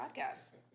podcast